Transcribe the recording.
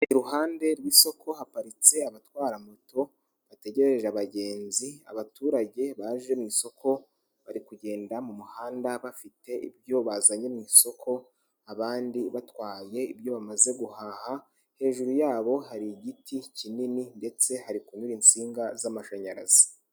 Iruhande rw'isoko haparitse abatwara moto bategereje abagenzi, abaturage baje mu isoko bari kugenda mu muhanda bafite ibyo bazanye mu isoko, abandi batwaye ibyo bamaze guhaha, hejuru yabo hari igiti kinini ndetse hari kunyura insinga z'amashanyarazi.